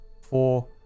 four